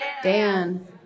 Dan